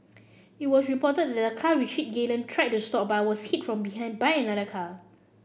it was reported that the car which hit Galen tried to stop but was hit from behind by another car